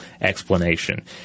explanation